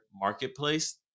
marketplace